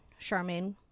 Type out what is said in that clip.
Charmaine